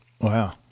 Wow